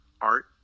art